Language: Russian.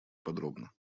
подробно